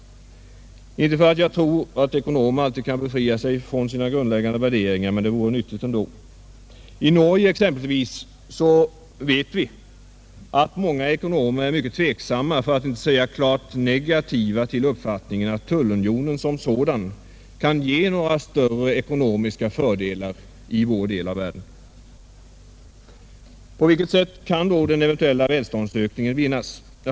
Inte för att jag tror att ekonomer alltid kan befria sig från sina grundläggande värderingar, men det vore nyttigt ändå. I Norge exempelvis vet vi att många ekonomer är mycket tveksamma för att inte säga klart negativa till uppfattningen att tullunionen som sådan kan ge några större ekonomiska fördelar i vår del av världen. På vilket sätt kan då den eventuella välståndsökningen vinnas?